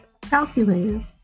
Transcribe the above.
calculator